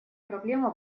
проблема